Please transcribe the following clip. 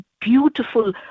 beautiful